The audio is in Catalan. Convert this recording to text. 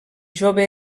jove